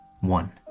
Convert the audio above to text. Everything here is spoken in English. One